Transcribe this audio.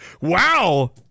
Wow